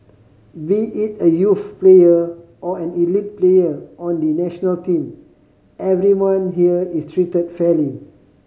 be it a youth player or an elite player on the national team everyone here is treated fairly